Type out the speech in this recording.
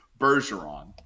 Bergeron